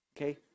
Okay